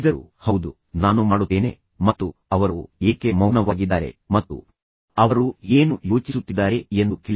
ಅವರು ಹೇಳಿದರು ಹೌದು ನಾನು ಮಾಡುತ್ತೇನೆ ಮತ್ತು ಅವರು ಏಕೆ ಮೌನವಾಗಿದ್ದಾರೆ ಮತ್ತು ಅವರು ಏನು ಯೋಚಿಸುತ್ತಿದ್ದಾರೆ ಎಂದು ಕೇಳಿದರು